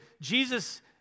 Jesus